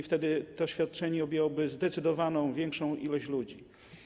Wtedy to świadczenie objęłoby zdecydowanie większą liczbę ludzi.